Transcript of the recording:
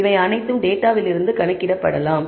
இவை அனைத்தும் டேட்டாவிலிருந்து கணக்கிடப்படலாம்